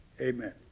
Amen